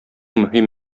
мөһим